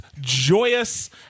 joyous